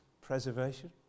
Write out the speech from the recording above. preservation